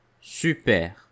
super